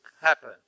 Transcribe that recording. happen